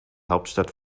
hauptstadt